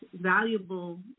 valuable